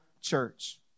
church